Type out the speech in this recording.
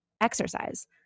exercise